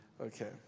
Okay